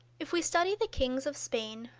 if we study the kings of spain,